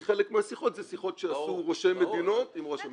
כי חלק מהשיחות אלה שיחות שעשו ראשי מדינות עם ראש הממשלה.